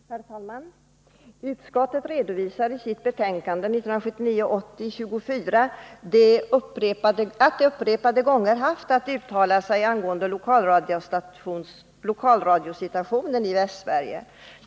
Herr talman! Kulturutskottet redovisar i sitt betänkande 1979/80:24 att det upprepade gånger haft att uttala sig om lokalradiosituationen i Västsverige.